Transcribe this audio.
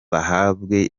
bahabwe